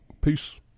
Peace